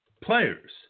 players